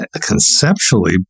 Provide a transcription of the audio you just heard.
conceptually